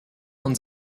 uns